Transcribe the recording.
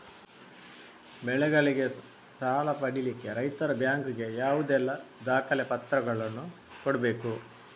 ಬೆಳೆಗಳಿಗೆ ಸಾಲ ಪಡಿಲಿಕ್ಕೆ ರೈತರು ಬ್ಯಾಂಕ್ ಗೆ ಯಾವುದೆಲ್ಲ ದಾಖಲೆಪತ್ರಗಳನ್ನು ಕೊಡ್ಬೇಕು?